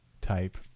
type